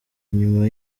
inyuma